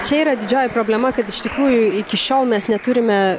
čia yra didžioji problema kad iš tikrųjų iki šiol mes neturime